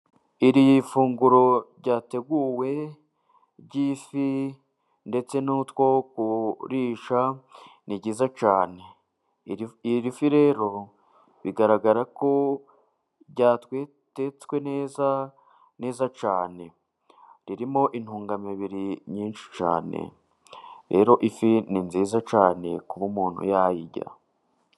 Iri funguro ryateguwe ry'ifi，ndetse n'utwo ku risha ni byiza cyane. Iyi fi rero， bigaragara kotetswe neza neza cyane， ririmo intungamubiri nyinshi cyane. Rero ifi ni nziza cyane， kuba umuntu yayirya.